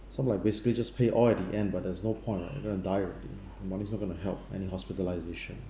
some like basically just pay all at the end but there is no point [what] I'm going to die already the money is not going to help any hospitalisation